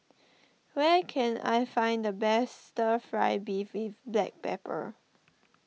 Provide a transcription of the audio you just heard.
where can I find the best Stir Fry Beef with Black Pepper